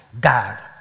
God